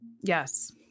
Yes